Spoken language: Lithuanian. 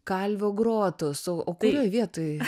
kalvio grotos o o kurioj vietoj